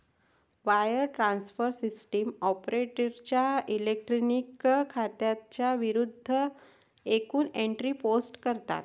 wire transfer system ऑपरेटरच्या electronic खात्यांच्या विरूद्ध एकूण एंट्री पोस्ट करतात